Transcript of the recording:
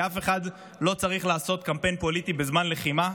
כי אף אחד לא צריך לעשות קמפיין פוליטי בזמן לחימה.